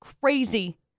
crazy